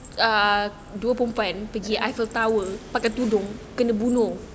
uh